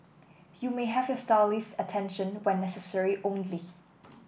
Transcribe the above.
you may have your stylist's attention when necessary only